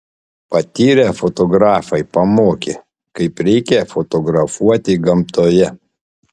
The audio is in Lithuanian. patyrę fotografai pamokė kaip reikia fotografuoti gamtoje